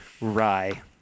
Rye